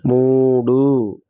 మూడు